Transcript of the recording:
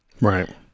Right